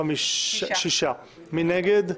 מי נגד?